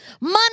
Money